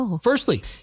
Firstly